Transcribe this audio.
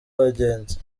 abagenzi